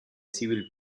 civil